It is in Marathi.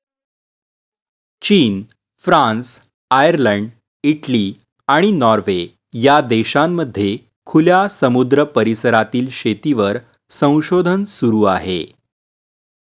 चीन, फ्रान्स, आयर्लंड, इटली, आणि नॉर्वे या देशांमध्ये खुल्या समुद्र परिसरातील शेतीवर संशोधन सुरू आहे